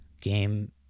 game